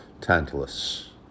Tantalus